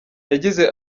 yagize